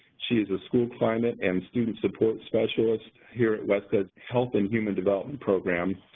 she is a school climate and student support specialist here at wested's health and human development program.